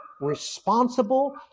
responsible